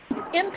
Impact